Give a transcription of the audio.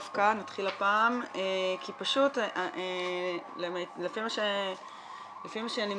כי פשוט לפי מה שאני מבינה,